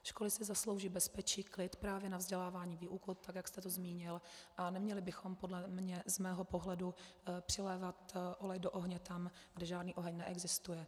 Školy si zaslouží bezpečí, klid právě na vzdělávání, výuku, tak jak jste to zmínil, a neměli bychom podle mě z mého pohledu přilévat olej do ohně tam, kde žádný oheň neexistuje.